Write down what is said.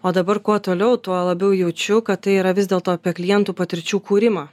o dabar kuo toliau tuo labiau jaučiu kad tai yra vis dėlto apie klientų patirčių kūrimą